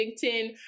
Ten